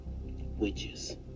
Witches